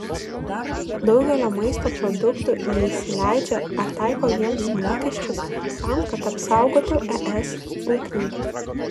daugelio maisto produktų neįsileidžia ar taiko jiems mokesčius tam kad apsaugotų es ūkininkus